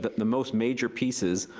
the most major pieces,